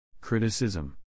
Criticism